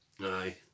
Aye